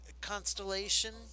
constellation